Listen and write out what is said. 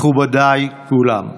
מכובדיי כולם.